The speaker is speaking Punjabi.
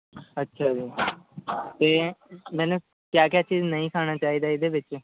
ਅੱਛਾ ਜੀ ਅਤੇ ਮੈਨੂੰ ਕਿਆ ਕਿਆ ਚੀਜ਼ ਨਹੀਂ ਖਾਣਾ ਚਾਹੀਦਾ ਇਹਦੇ ਵਿੱਚ